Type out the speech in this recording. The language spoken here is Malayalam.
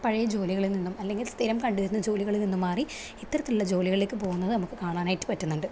പഴയ ജോലികളിൽ നിന്നും അല്ലെങ്കിൽ സ്ഥിരം കണ്ടുവരുന്ന ജോലികളിൽ നിന്ന് മാറി ഇത്തരത്തിലുള്ള ജോലികളിലേക്ക് പോകുന്നത് നമുക്ക് കാണാനായിട്ട് പറ്റുന്നുണ്ട്